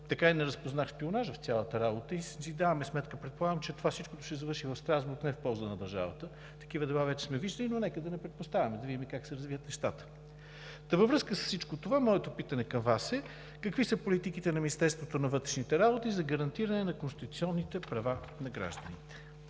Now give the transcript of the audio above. така и не разпознах шпионажа в цялата работа и си даваме сметка, предполагам, че всичко това ще завърши в Страсбург и не в полза на държавата. Вече сме виждали такива дела, но нека да не предпоставяме и да видим как ще се развият нещата. Във връзка с всичко това моето питане към Вас е: какви са политиките на Министерството на вътрешните работи за гарантиране на конституционните права на гражданите?